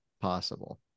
possible